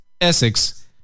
Essex